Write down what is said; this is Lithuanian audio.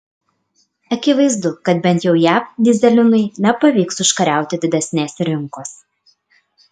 akivaizdu kad bent jau jav dyzelinui nepavyks užkariauti didesnės rinkos